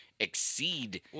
exceed